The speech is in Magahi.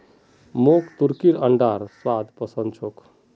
मोक तुर्कीर अंडार स्वाद पसंद छोक